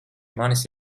manis